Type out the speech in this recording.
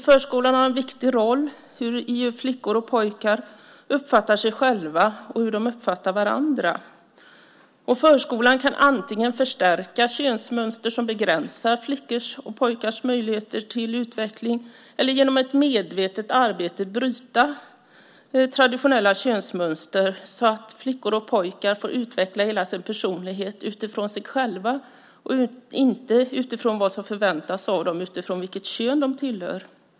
Förskolan har en viktig roll i hur flickor och pojkar uppfattar sig själva och uppfattar varandra. Förskolan kan antingen förstärka könsmönster som begränsar flickors och pojkars möjligheter till utveckling eller genom ett medvetet arbete bryta traditionella könsmönster, så att flickor och pojkar får utveckla hela sin personlighet utifrån sig själva och inte utifrån vad som förväntas av dem beroende på vilket kön de tillhör.